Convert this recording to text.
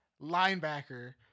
linebacker